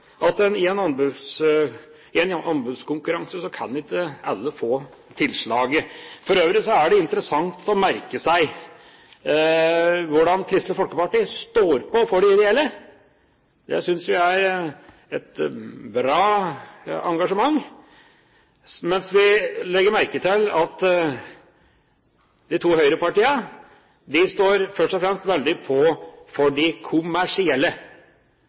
at i en anbudskonkurranse kan ikke alle få tilslaget. For øvrig er det interessant å merke seg hvordan Kristelig Folkeparti står på for de ideelle, og det synes vi er et bra engasjement, mens de to høyrepartiene først og fremst står veldig på for de kommersielle.